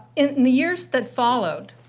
in the years that followed,